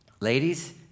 Ladies